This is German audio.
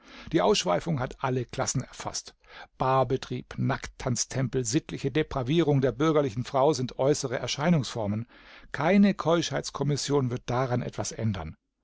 die ausschweifung hat alle klassen erfaßt bar-betrieb nackttanz-tempel sittliche depravierung der bürgerlichen frau sind äußere erscheinungsformen keine keuschheitskommission wird daran etwas ändern